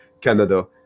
Canada